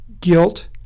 guilt